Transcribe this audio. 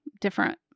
different